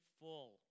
full